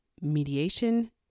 mediation